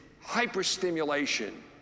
hyper-stimulation